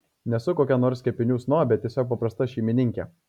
nesu kokia nors kepinių snobė tiesiog paprasta šeimininkė